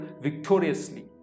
victoriously